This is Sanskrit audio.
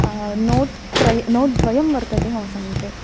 नोट् नोट् द्वयं वर्तते मम समीपे